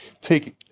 take